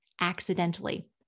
accidentally